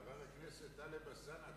חבר הכנסת טלב אלסאנע,